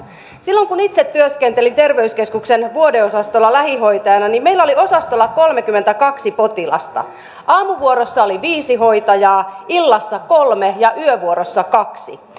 silloin kun itse työskentelin terveyskeskuksen vuodeosastolla lähihoitajana meillä oli osastolla kolmekymmentäkaksi potilasta aamuvuorossa oli viisi hoitajaa illassa kolme ja yövuorossa kaksi